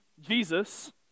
Jesus